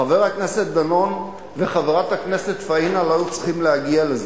חבר הכנסת דנון וחברת הכנסת פאינה לא היו צריכים להגיע לזה,